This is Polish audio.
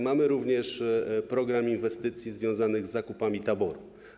Mamy również program inwestycji związanych z zakupami taboru.